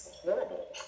horrible